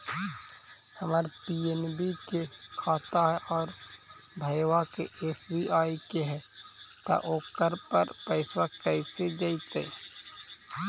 हमर पी.एन.बी के खाता है और भईवा के एस.बी.आई के है त ओकर पर पैसबा कैसे जइतै?